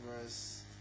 verse